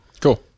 Cool